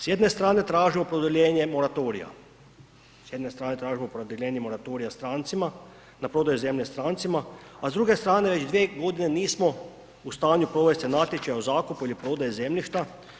S jedne strane tražimo produljenje moratorija, s jedne strane tražimo produljenje moratorija strancima, na prodaju zemlje strancima, a s druge strane već 2.g. nismo u stanju provesti natječaj o zakupu kupoprodaje zemljišta.